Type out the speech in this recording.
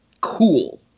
cool